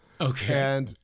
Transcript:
Okay